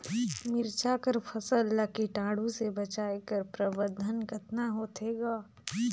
मिरचा कर फसल ला कीटाणु से बचाय कर प्रबंधन कतना होथे ग?